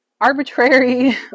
arbitrary